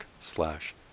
slash